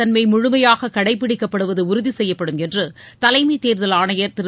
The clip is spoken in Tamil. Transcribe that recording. தன்மைமுழுமையாககடைப்பிடிக்கப்படுவதுஉறுதிசெய்யப்படும் என்றுதலைமைத் தேர்தல் ஆணையர் திரு